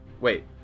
Wait